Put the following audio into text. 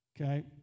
Okay